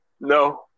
No